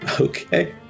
Okay